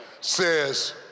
says